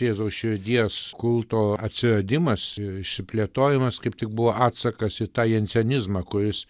jėzaus širdies kulto atsiradimas išsiplėtojimas kaip tik buvo atsakas į tascebe jansenizmąnizmą kurisc